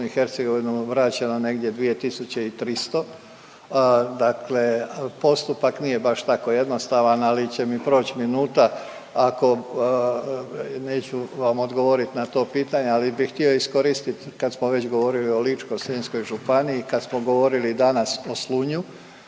u BiH vraćeno negdje 2 tisuće i 300. Dakle, postupak nije baš tako jednostavan ali će mi proći minuta ako neću vam odgovorit na to pitanje, ali bih htio iskoristit kad smo već govorili o Ličko-senjskoj županiji, kad smo govorili danas o Slunju